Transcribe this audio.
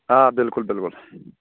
آ بِلکُل بِلکُل